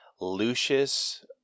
lucius